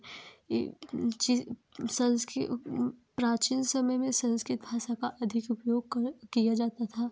यी ची संस्कृत प्राचीन समय में संस्कृत भाषा का अधिक उपयोग कर किया जाता था